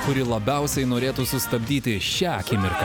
kuri labiausiai norėtų sustabdyti šią akimirką